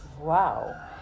Wow